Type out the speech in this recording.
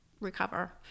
recover